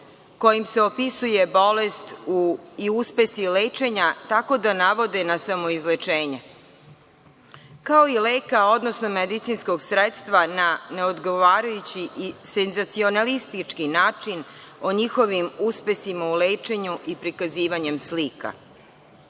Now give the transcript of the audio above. kojim se opisuje bolest i uspesi lečenja tako da navode na samoizlečenje, kao i leka, odnosno medicinskog sredstva na neodgovarajući i senzacionalistički način o njihovim uspesima u lečenju i prikazivanjem slika. Tim